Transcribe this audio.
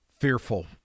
fearful